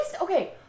okay